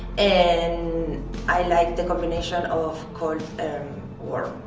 and i liked the combination of cold and warm.